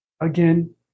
Again